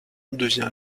devient